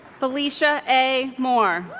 felicia a. moore